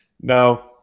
Now